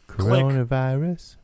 Coronavirus